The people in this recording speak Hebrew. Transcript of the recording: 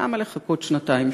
למה לחכות שנתיים-שלוש?